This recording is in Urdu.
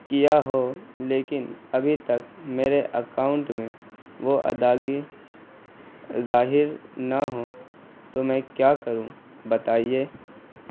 کیا ہو لیکن ابھی تک میرے اکاؤنٹ میں وہ ادائیگی ظاہر نہ ہو تو میں کیا کروں بتائیے